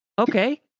Okay